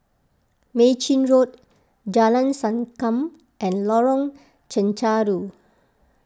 Mei Chin Road Jalan Sankam and Lorong Chencharu